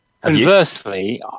Conversely